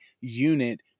unit